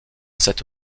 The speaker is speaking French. cette